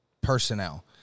personnel